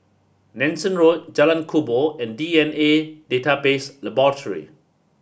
Nanson Road Jalan Kubor and D N A Database Laboratory